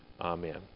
Amen